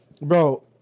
Bro